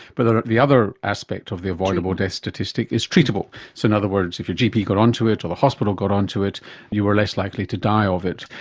but the the other aspect of the avoidable death statistic is treatable, so in other words if your gp got onto it or the hospital got onto it you were less likely to die of it.